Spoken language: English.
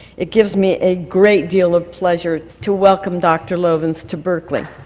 it gives me a great deal of pleasure to welcome dr. lovins to berkeley.